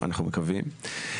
אנחנו מקווים,